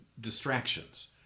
distractions